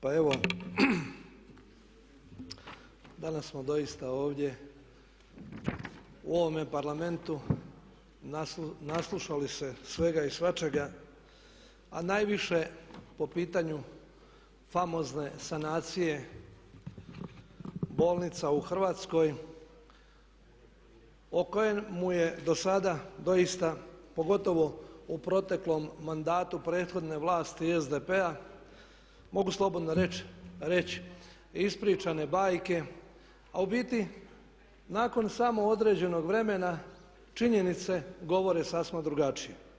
Pa evo danas smo doista ovdje u ovome Parlamentu naslušali se svega i svačega a najviše po pitanju famozne sanacije bolnica u Hrvatskoj o kojoj je dosada doista, pogotovo u proteklom mandatu prethodne vlasti SDP-a, mogu slobodno reći ispričane su bajke, a u biti nakon samog određenog vremena činjenice govore sasma drugačije.